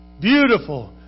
beautiful